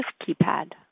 keypad